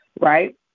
right